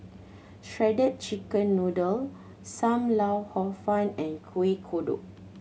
shredded chicken noodle Sam Lau Hor Fun and Kueh Kodok